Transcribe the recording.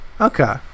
Okay